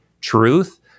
truth